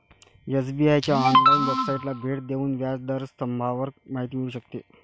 SBI च्या online वेबसाइटला भेट देऊन व्याज दर स्तंभावर माहिती मिळू शकते